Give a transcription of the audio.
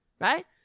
right